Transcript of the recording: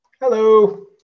Hello